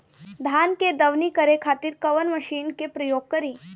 धान के दवनी करे खातिर कवन मशीन के प्रयोग करी?